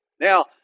Now